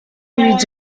periods